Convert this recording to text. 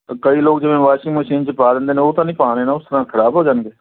ਕਈ ਲੋਕ ਜਿਵੇਂ ਵਾਸ਼ਿੰਗ ਮਸ਼ੀਨ 'ਚ ਪਾ ਦਿੰਦੇ ਨੇ ਉਹ ਤਾਂ ਨਹੀਂ ਪਾਣੇ ਨਾ ਉਸ ਤਰ੍ਹਾਂ ਖਰਾਬ ਹੋ ਜਾਣਗੇ